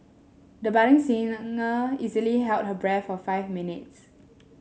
the budding singer easily held her breath for five minutes